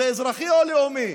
זה אזרחי או לאומי?